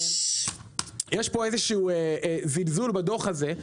יש פה איזשהו זלזול בדוח הזה,